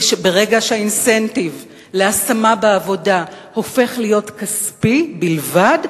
ברגע שהאינסנטיב להשמה בעבודה הופך להיות כספי בלבד,